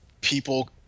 people